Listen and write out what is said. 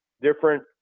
different